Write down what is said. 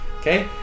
Okay